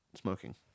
smoking